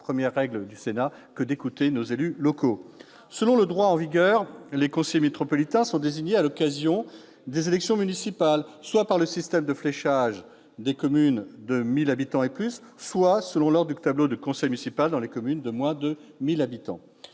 c'est le rôle du Sénat d'être à l'écoute de ces derniers. Selon le droit en vigueur, les conseillers métropolitains sont désignés à l'occasion des élections municipales, soit par le système du fléchage dans les communes de 1 000 habitants et plus, soit selon l'ordre du tableau du conseil municipal dans les communes de moins de 1 000 habitants.